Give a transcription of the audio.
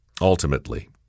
Ultimately